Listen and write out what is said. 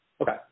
Okay